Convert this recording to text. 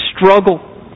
struggle